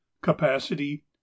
Capacity